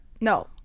No